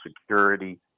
Security